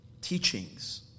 teachings